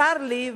צר לי,